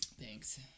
thanks